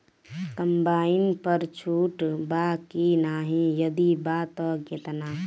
Combine पर छूट बा की नाहीं यदि बा त केतना?